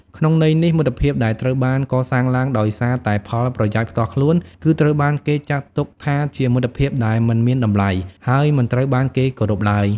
ក្នុងន័យនេះ មិត្តភាពដែលត្រូវបានកសាងឡើងដោយសារតែផលប្រយោជន៍ផ្ទាល់ខ្លួនគឺត្រូវបានគេចាត់ទុកថាជាមិត្តភាពដែលមិនមានតម្លៃ ហើយមិនត្រូវបានគេគោរពឡើយ។